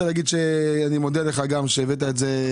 להגיד שאני מודה לך שהבאת את זה,